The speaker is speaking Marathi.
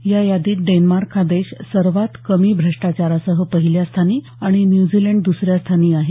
या यादीत डेन्मार्क हा देश सर्वात कमी भ्रष्टाचारासह पहिल्या स्थानी आणि न्यूझीलंड दुसऱ्या स्थानी आहेत